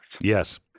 Yes